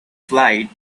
flight